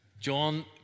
John